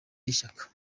y’ishyaka